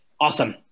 Awesome